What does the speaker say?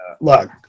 Look